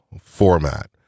format